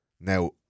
Now